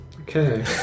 okay